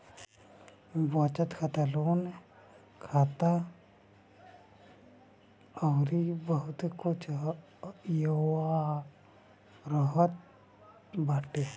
बचत खाता, लोन खाता, फिक्स्ड खाता, रेकरिंग खाता अउर बहुते कुछ एहवा रहत बाटे